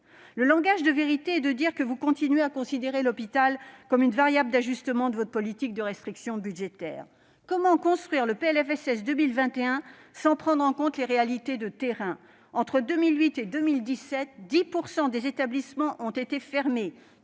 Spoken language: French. Le langage de vérité est de dire que vous continuez à considérer l'hôpital comme une variable d'ajustement de votre politique de restrictions budgétaires. Comment construire le PLFSS 2021 sans prendre en compte les réalités de terrain ? Entre 2008 et 2017, 10 % des établissements ont été fermés